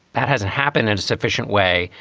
that hasn't happened in a sufficient way.